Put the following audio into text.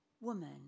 Woman